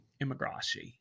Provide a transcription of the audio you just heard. Immigration